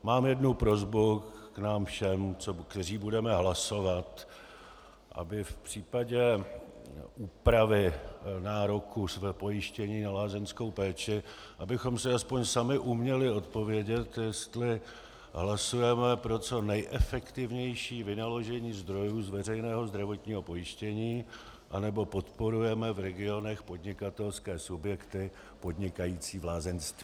Mám jednu prosbu k nám všem, kteří budeme hlasovat, aby v případě úpravy nároku pojištění na lázeňskou péči, abychom si alespoň sami uměli odpovědět, jestli hlasujeme pro co nejefektivnější vynaložení zdrojů z veřejného zdravotního pojištění, anebo podporujeme v regionech podnikatelské subjekty podnikající v lázeňství.